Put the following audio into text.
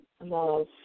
love